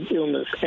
illness